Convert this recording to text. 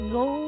go